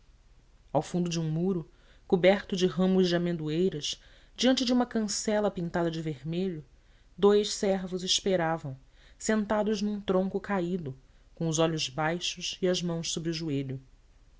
ao fundo de um muro coberto de ramos de amendoeiras diante de uma cancela pintada de vermelho dous servos esperavam sentados num tronco caído com os olhos baixos e as mãos sobre os joelhos